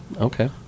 okay